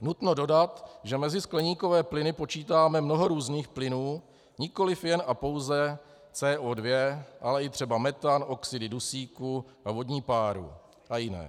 Nutno dodat, že mezi skleníkové plyny počítáme mnoho různých plynů, nikoliv jen a pouze CO2, ale třeba i metan, oxidy dusíku, vodní páru a jiné.